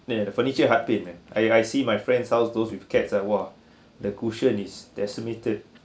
eh the furniture heart pain ah I I see my friend's house those with cats ah !wah! the cushion is decimated